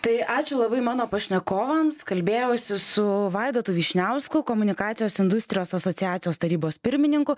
tai ačiū labai mano pašnekovams kalbėjausi su vaidotu vyšniausku komunikacijos industrijos asociacijos tarybos pirmininku